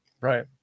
Right